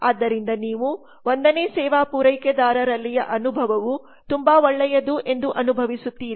ಆದ್ದರಿಂದ ನೀವು 1 ನೇ ಸೇವಾ ಪೂರೈಕೆದಾರರಲ್ಲಿಯ ಅನುಭವವು ತುಂಬಾ ಒಳ್ಳೆಯದು ಎಂದು ಅನುಭವಿಸುತ್ತೀರಿ